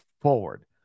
forward